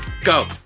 Go